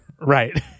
right